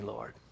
Lord